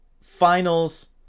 finals